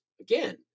again